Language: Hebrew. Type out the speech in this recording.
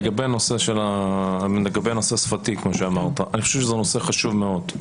הנושא השפתי הוא נושא חשוב מאוד.